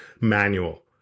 manual